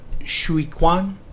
Shuiquan